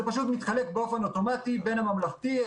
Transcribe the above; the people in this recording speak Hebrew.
פשוט מתחלק באופן אוטומטי בין הממלכתי,